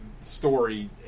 story